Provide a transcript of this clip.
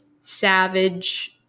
Savage-